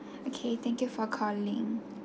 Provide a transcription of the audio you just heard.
okay thank you for calling